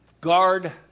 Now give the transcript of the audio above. guard